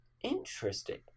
Interesting